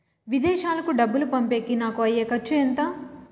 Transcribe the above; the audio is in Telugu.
విదేశాలకు డబ్బులు పంపేకి నాకు అయ్యే ఖర్చు ఎంత?